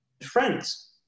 friends